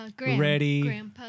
ready